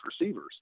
receivers